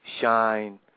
shine